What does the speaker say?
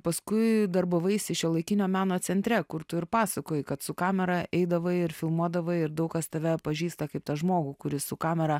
paskui darbavaisi šiuolaikinio meno centre kur tu ir pasakoji kad su kamera eidavai ir filmuodavai daug kas tave pažįsta kaip tą žmogų kuris su kamera